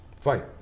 fight